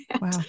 Wow